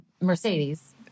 Mercedes